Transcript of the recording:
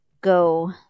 go